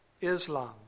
islam